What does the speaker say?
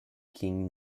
king